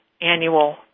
annual